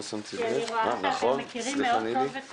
אני רואה שאתם מכירים טוב מאוד את